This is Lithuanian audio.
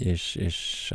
iš iš